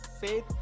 faith